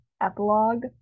epilogue